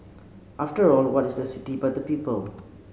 after all what is the city but the people